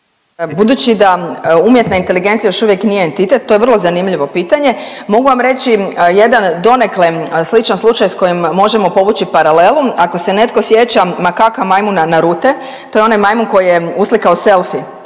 Budući da umjetna inteligencija još uvijek nije entitet. To je vrlo zanimljivo pitanje. Mogu vam reći jedan donekle sličan slučaj sa kojim možemo povući paralelu. Ako se netko sjeća makaka majmuna Narute. To je onaj majmun koji je uslikao selfie